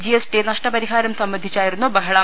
G S T നഷ്ടപരിഹാരം സംബ ന്ധിച്ചായിരുന്നു ബഹളം